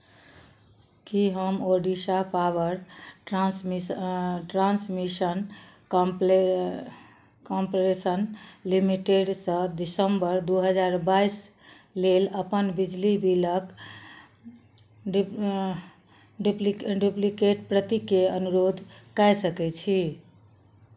की हम Odisha power transmission ट्रांसमिशन कॉम्प्ले काम्प्लेशन लिमिटेडसँ दिसम्बर दू हजार बाइस लेल अपन बिजली बिलक डुप डुप्लिके डुप्लिकेट प्रतिके अनुरोध कय सकैत छी